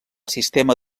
sistema